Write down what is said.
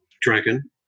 Dragon